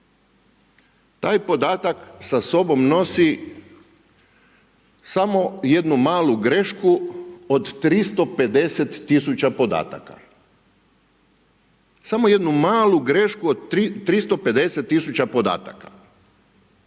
Taj podatak sa sobom nosi samo jednu malu grešku od 350 000 podataka. Samo jednu malu grešku od 350 000 podataka.